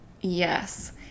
yes